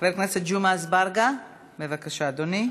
חבר הכנסת ג'מעה אזברגה, בבקשה, אדוני.